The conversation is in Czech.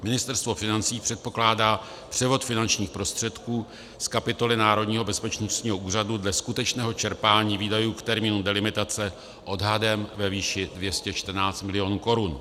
Ministerstvo financí předpokládá převod finančních prostředků z kapitoly Národního bezpečnostního úřadu dle skutečného čerpání výdajů k termínu delimitace odhadem ve výši 214 milionů korun.